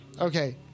Okay